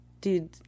Dude